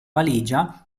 valigia